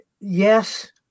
Yes